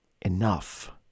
enough